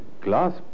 glass